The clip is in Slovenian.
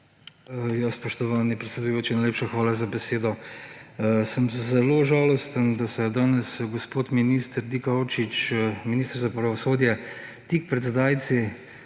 Spoštovani predsedujoči, najlepša hvala za besedo. Sem zelo žalosten, da se je danes gospod minister Dikaučič, minister za pravosodje, tik pred zdajci